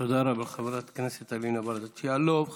תודה רבה, חברת הכנסת אלינה ברדץ' יאלוב.